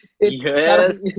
Yes